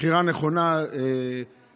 בחירה נכונה בהליך.